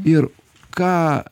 ir ką